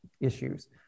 issues